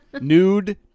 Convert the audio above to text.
Nude